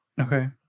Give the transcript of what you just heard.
okay